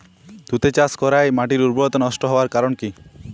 তুতে চাষ করাই মাটির উর্বরতা নষ্ট হওয়ার কারণ কি?